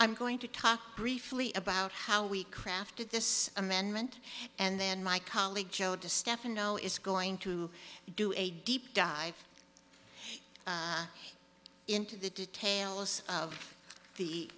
i'm going to talk briefly about how we crafted this amendment and then my colleague joe de stefano is going to do a deep dive into the details of the